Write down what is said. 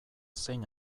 zein